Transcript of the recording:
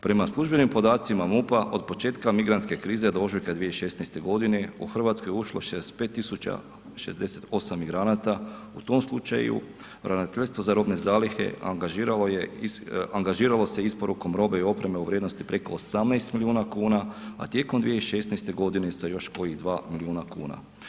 Prema službenim podacima MUP-a, od početka migrantske krize do ožujka 2016. g. u Hrvatskoj je ušlo 65 068 migranata, u tom slučaju Ravnateljstvo za robne zalihe angažiralo se isporukom robe i opreme u vrijednosti preko 18 milijuna kn a tijekom 2016. sa još kojih 2 milijuna kuna.